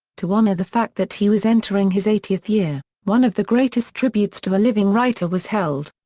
to honor the fact that he was entering his eightieth year, one of the greatest tributes to a living writer was held.